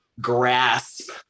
grasp